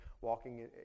walking